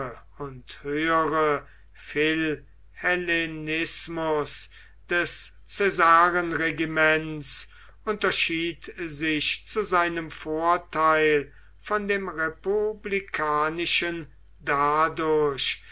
und höhere philhellenismus des caesarenregiments unterschied sich zu seinem vorteil von dem republikanischen dadurch